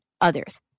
others